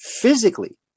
physically